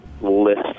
list